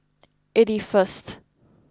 eighty first